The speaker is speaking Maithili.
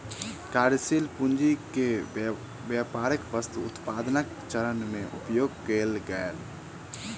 कार्यशील पूंजी के व्यापारक वस्तु उत्पादनक चरण में उपयोग कएल गेल